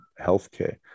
healthcare